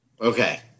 Okay